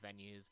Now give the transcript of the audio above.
venues